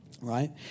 right